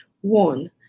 One